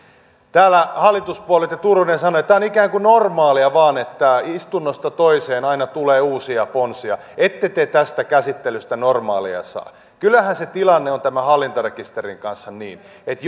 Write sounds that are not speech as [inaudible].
täällä hallituspuolueet ja turunen sanoivat että tämä on ikään kuin normaalia vain että istunnosta toiseen aina tulee uusia ponsia ette te tästä käsittelystä normaalia saa kyllähän se tilanne on tämän hallintarekisterin kanssa niin että [unintelligible]